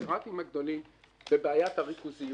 הקונגלומרטים הגדולים, בבעיית הריכוזיות.